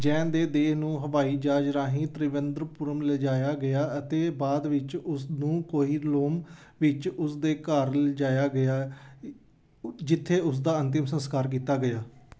ਜੈਨ ਦੀ ਦੇਹ ਨੂੰ ਹਵਾਈ ਜਹਾਜ਼ ਰਾਹੀਂ ਤ੍ਰਿਵੇਂਦਰਪੂਰਮ ਲਿਜਾਇਆ ਗਿਆ ਅਤੇ ਬਾਅਦ ਵਿੱਚ ਉਸ ਨੂੰ ਕੋਹੀਲੁਮ ਵਿੱਚ ਉਸ ਦੇ ਘਰ ਲਿਜਾਇਆ ਗਿਆ ਜਿੱਥੇ ਉਸ ਦਾ ਅੰਤਿਮ ਸੰਸਕਾਰ ਕੀਤਾ ਗਿਆ